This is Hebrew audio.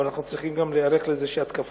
אבל אנחנו צריכים גם להיערך לזה שההתקפות